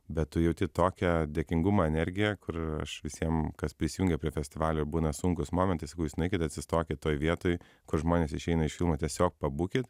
bet tu jauti tokią dėkingumo energiją kur aš visiem kas prisijungia prie festivalio būna sunkus momentas sakau jūs nueikit atsistokit toj vietoj kur žmonės išeina iš filmo tiesiog pabūkit